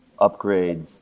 upgrades